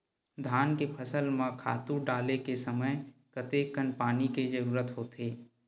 धान के फसल म खातु डाले के समय कतेकन पानी के जरूरत होथे?